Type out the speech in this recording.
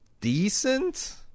decent